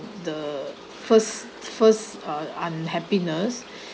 the first first uh unhappiness